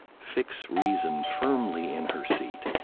fix reason firmly in her seat,